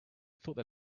thought